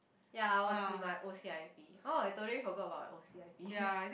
ya was in my o_c_i_p orh I totally forgot about my o_c_i_p